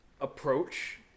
approach